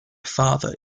father